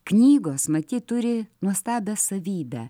knygos matyt turi nuostabią savybę